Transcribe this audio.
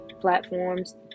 platforms